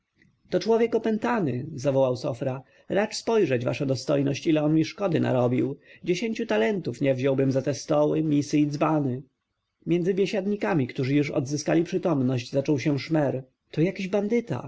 to człowiek opętany zawołał sofra racz spojrzeć wasza dostojność ile on mi szkody narobił dziesięciu talentów nie wziąłbym za te stoły misy i dzbany między biesiadnikami którzy już odzyskali przytomność zaczął się szmer to jakiś bandyta